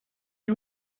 you